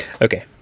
Okay